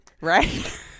Right